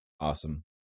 Awesome